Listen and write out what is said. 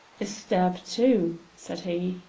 a stab, too! said he.